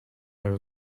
her